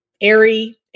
airy